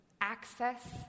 access